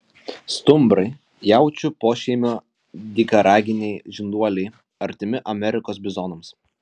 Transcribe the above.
stumbrai jaučių pošeimio dykaraginiai žinduoliai artimi amerikos bizonams